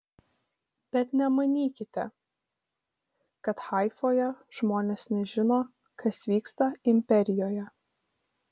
bet nemanykite kad haifoje žmonės nežino kas vyksta imperijoje